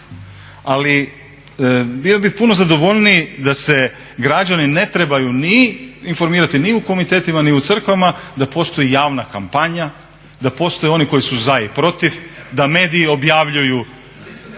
Ali, bio bih puno zadovoljniji da se građani ne trebaju ni informirati ni u komitetima ni u crkvama, da postoji javna kampanja, da postoje oni koji su za i protiv, da mediji objavljuju